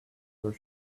your